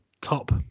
top